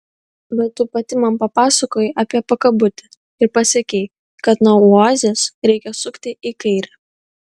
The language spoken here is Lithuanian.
bet tu pati man papasakojai apie pakabutį ir pasakei kad nuo oazės reikia sukti į kairę